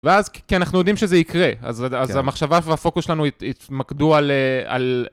ואז, כי אנחנו יודעים שזה יקרה, אז המחשבה והפוקוס שלנו יתמקדו על, על...